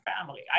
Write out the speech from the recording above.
family